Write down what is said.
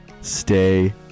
stay